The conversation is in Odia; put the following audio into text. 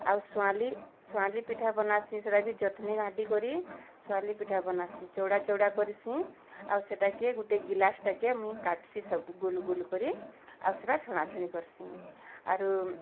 ଆଉ ସ୍ୱାଂଲି ସ୍ୱାଂଲି ପିଠା ବନାସିଁ ସେଟା ବି ଯତ୍ନେ ଘାଣ୍ଟିକରି ସ୍ୱାଂଲି ପିଠା ବନାସିଁ ଚଉଡ଼ା ଚଉଡ଼ା କରିସିଁ ଆଉ ସେଟାକେ ଗୁଟେ ଗିଲାସ୍ ଟାକେ ମୁଇଁ କାଟ୍ସି ସବୁ ଗୋଲଗୋଲ୍ କରି ଆଉ ସେଟା ଛଣା ଛଣି କର୍ସିଁ ଆରୁ